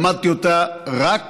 למדתי אותה רק